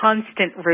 constant